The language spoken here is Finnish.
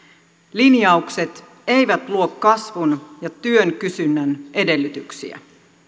linjaukset eivät luo kasvun ja työn kysynnän edellytyksiä